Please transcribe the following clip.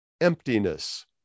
emptiness